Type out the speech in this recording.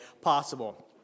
possible